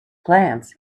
glance